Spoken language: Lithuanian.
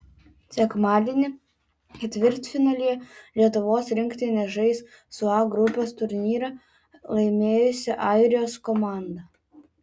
sekmadienį ketvirtfinalyje lietuvos rinktinė žais su a grupės turnyrą laimėjusia airijos komanda